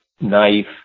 knife